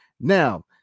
now